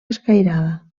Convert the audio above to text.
escairada